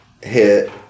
hit